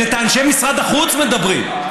אלא את אנשי משרד החוץ מדברים.